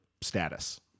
status